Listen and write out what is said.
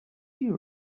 beard